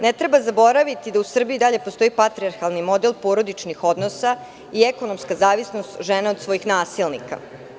Ne treba zaboraviti da u Srbiji i dalje postoji patrijarhalni model porodičnih odnosa ekonomska zavisnost žene od svojih nasilnika.